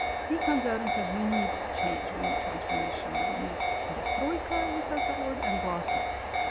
he comes out and says we need change. we need transformation. we need perestroika. he says that word, and glasnost.